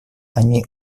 они